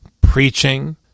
preaching